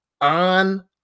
on